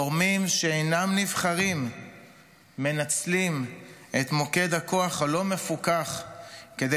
גורמים שאינם נבחרים מנצלים את מוקד הכוח הלא-מפוקח כדי